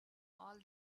all